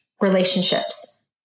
relationships